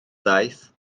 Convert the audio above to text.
ddaeth